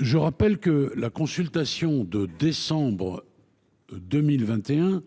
Je rappelle que la consultation de décembre 2021